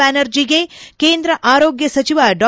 ಬ್ಲಾನರ್ಜಿಗೆ ಕೇಂದ್ರ ಆರೋಗ್ನ ಸಚಿವ ಡಾ